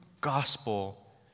gospel